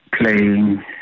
playing